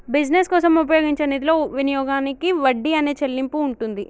business కోసం ఉపయోగించే నిధుల వినియోగానికి వడ్డీ అనే చెల్లింపు ఉంటుంది